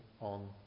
on